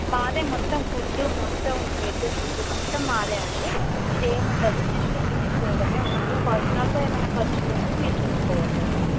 మాదే మొత్తం ఫుడ్డు మొత్తం బెడ్ ఫుడ్డు మొత్తం మాదే అండి మీదేమి ఉండదు జస్ట్ విజిట్ చేయడమే ఉంటుంది పర్సనల్గా ఏమైనా ఖర్చులు ఉంటే మీరు చూసుకోవాలి అంతే